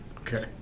Okay